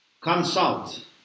consult